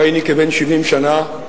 הריני כבן 70 שנה.